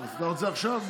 אתה רוצה עכשיו?